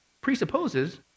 presupposes